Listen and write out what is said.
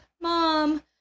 Mom